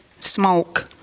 smoke